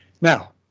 Now